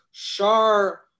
Shar